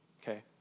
okay